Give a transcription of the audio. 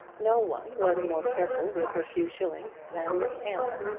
no one was more careful with her few shillings than miss aylmer.